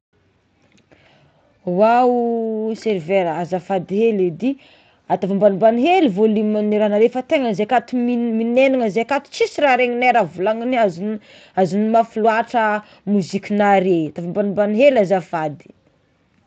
Oa o servera azafady hely edy ataovy ambanimbany hely volumen'ny rahanareo fa tegna zahay akato mi- mignenina zay akato tsisy regninay raha volagninay azony azony mafy loatra mozikinare, ataovy ambanimbany hely azafady.